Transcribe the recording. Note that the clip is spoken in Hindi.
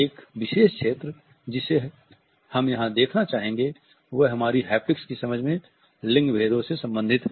एक विशेष क्षेत्र जिसे जिसे हम यहाँ देखना चाहेगे वह हमारी हैप्टिक्स की समझ में लिंग भेदों से संबंधित है